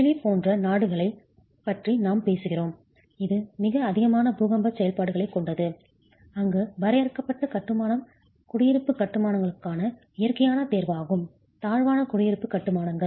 Chile போன்ற நாடுகளைப் பற்றி நாம் பேசுகிறோம் இது மிக அதிகமான பூகம்ப செயல்பாடுகளைக் கொண்டுள்ளது அங்கு வரையறுக்கப்பட்ட கட்டுமானம் கட்டுமானம் குடியிருப்பு கட்டுமானங்களுக்கு இயற்கையான தேர்வாகும் தாழ்வான குடியிருப்பு கட்டுமானங்கள்